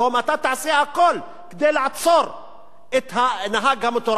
אתה תעשה הכול כדי לעצור את הנהג המטורף הזה.